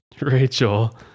Rachel